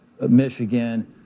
Michigan